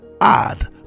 add